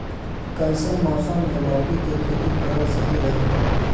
कइसन मौसम मे लौकी के खेती करल सही रही?